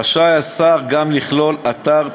רשאי השר גם לכלול אתר,